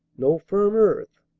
no firm earth,